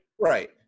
right